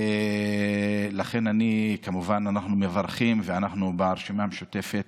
לכן כמובן אנחנו מברכים, ואנחנו ברשימה המשותפת